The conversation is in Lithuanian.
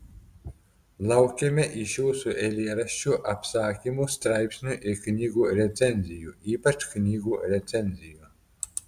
laukiame iš jūsų eilėraščių apsakymų straipsnių ir knygų recenzijų ypač knygų recenzijų